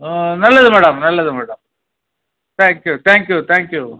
நல்லது மேடம் நல்லது madam thank you thank you thank you